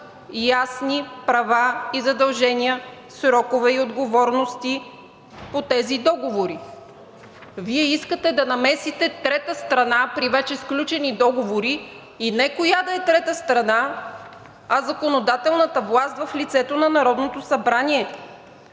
ясни права и задължения, срокове и отговорности по тези договори. Вие искате да намесите трета страна при вече сключени договори и не коя да е трета страна, а законодателната власт в лицето на Народното събрание.